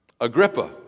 Agrippa